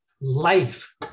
life